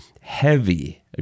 heavy